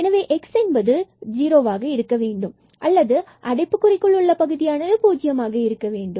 எனவே x என்பது ஜுரோவாக இருக்க வேண்டும் அல்லது அடைப்புக்குறிக்குள் உள்ள பகுதியானது பூஜ்யமாக இருக்க வேண்டும்